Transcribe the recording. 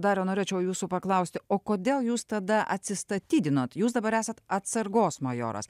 dariau norėčiau jūsų paklausti o kodėl jūs tada atsistatydinot jūs dabar esat atsargos majoras